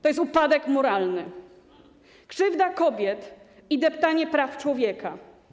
To jest upadek moralny, krzywda kobiet i deptanie praw człowieka.